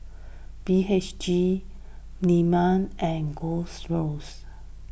B H G Milan and Gold Roast